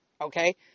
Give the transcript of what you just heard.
Okay